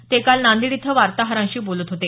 ते काल नांदेड इथं वार्ताहरांशी बोलत होते